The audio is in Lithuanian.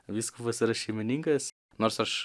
vyskupas yra šeimininkas nors aš